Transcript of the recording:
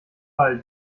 ball